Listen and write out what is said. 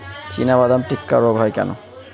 চিনাবাদাম টিক্কা রোগ হয় কেন?